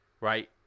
right